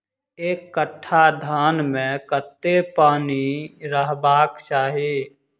एक कट्ठा धान मे कत्ते पानि रहबाक चाहि?